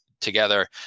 together